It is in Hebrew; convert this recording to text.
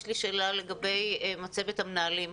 יש לי שאלה לגבי מצבת המנהלים,